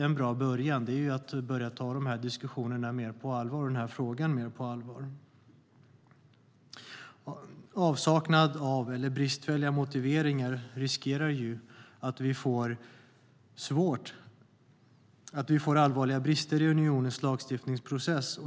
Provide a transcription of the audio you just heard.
En bra början vore att ta de här diskussionerna och den här frågan mer på allvar. Avsaknad av motiveringar eller bristfälliga sådana gör ju att vi riskerar att få allvarliga brister i unionens lagstiftningsprocess.